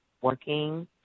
working